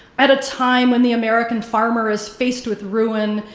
at a time when the american farmer is faced with ruin,